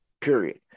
period